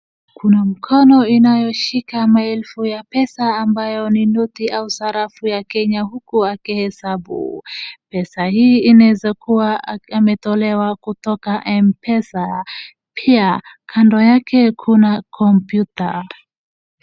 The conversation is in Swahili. Kuna mkono inayoshika maelfu ya pesa ambayo ni noti au sarafu ya Kenya huku akihesabu. Pesa hii inaeza kuwa ametolewa kutoka M-pesa, pia, kando yake kuna kompyuta.